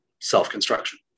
self-construction